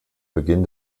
beginn